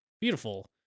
beautiful